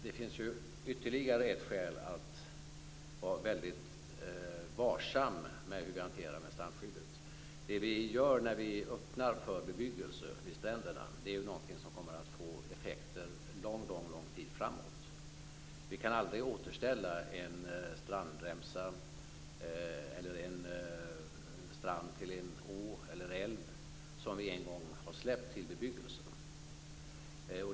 Det finns ju ytterligare ett skäl att vara väldigt varsam med hur vi hanterar strandskyddet. När vi öppnar för bebyggelse vid stränderna är det någonting som kommer att få effekter under lång tid framöver. Vi kan aldrig återställa en strandremsa eller en strand till en å eller älv som vi en gång har släppt till bebyggelse.